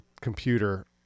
computer